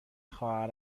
خواهر